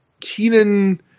Keenan